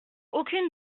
aucune